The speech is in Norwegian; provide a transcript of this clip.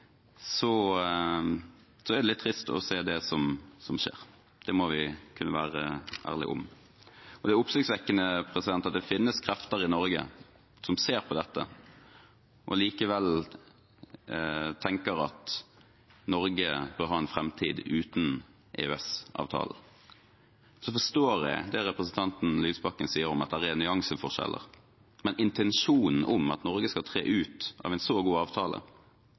er det litt trist å se det som skjer. Det må vi kunne være ærlige om. Det er oppsiktsvekkende at det finnes krefter i Norge som ser på dette og likevel tenker at Norge bør ha en framtid uten EØS-avtalen. Jeg forstår det representanten Lysbakken sier om at det er nyanseforskjeller. Men intensjonen om at Norge skal tre ut av en så god avtale,